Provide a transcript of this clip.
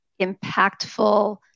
impactful